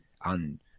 on